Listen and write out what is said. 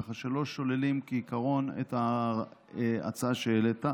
ככה לא שוללים כעיקרון את ההצעה שהעלית,